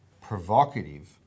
provocative